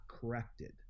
corrected